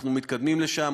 אנחנו מתקדמים לשם,